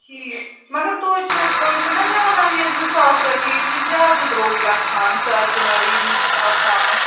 ٹھیٖک مگر تُہۍ چھُو تُہۍ چھُو نا مےٚ وَنان یہِ زٕ ساس رۄپیہِ یہِ چھِ زیادٕ دروٚگ گژھان چار چِناری نِشاط تامَتھ